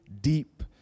deep